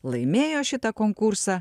laimėjo šitą konkursą